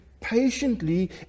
patiently